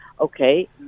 Okay